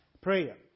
prayer